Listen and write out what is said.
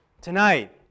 tonight